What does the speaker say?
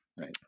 Right